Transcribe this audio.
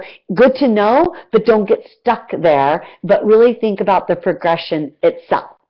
good to know, but don't get stuck there, but really think about the progression itself.